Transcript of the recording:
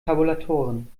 tabulatoren